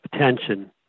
attention